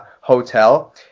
hotel